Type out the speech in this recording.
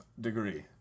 degree